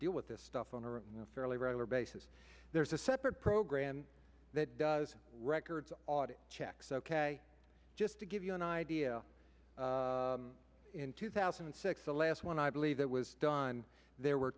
deal with this stuff on a fairly regular basis there's a separate program that does records audit checks ok just to give you an idea in two thousand and six the last one i believe that was done there were